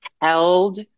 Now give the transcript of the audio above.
held